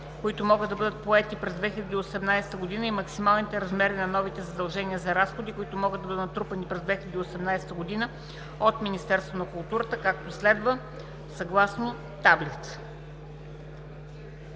които могат да бъдат поети през 2018 г., и максималните размери на новите задължения за разходи, които могат да бъдат натрупани през 2018 г. от Министерството на културата, както следва:“ (съгласно таблица